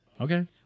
Okay